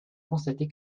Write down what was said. constater